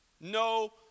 no